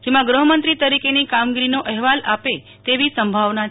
જેમાં ગૃહમંત્રી તરોકેની કામગીરીનો અહેવાલ આપે તેવી સંભાવના છે